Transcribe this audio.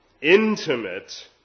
intimate